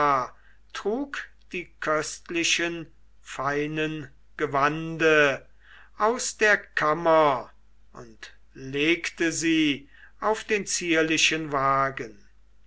trug die köstlichen feinen gewande aus der kammer und legte sie auf den zierlichen wagen